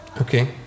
okay